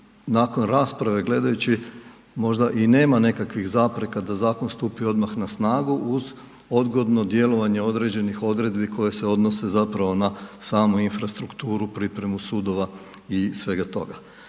nakon rasprave gledajući možda i nema nekakvih zapreka da zakon stupi odmah na snagu uz odgodno djelovanje određenih odredbi koje se odnose zapravo na samu infrastrukturu, pripremu sudova i svega toga.